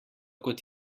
kot